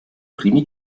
primi